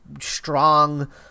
strong